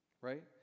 right